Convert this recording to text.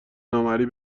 نامرئی